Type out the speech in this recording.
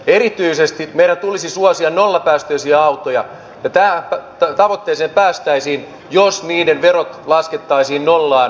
erityisesti meidän tulisi suosia nollapäästöisiä autoja ja tähän tavoitteeseen päästäisiin jos niiden verot laskettaisiin nollaan määräajaksi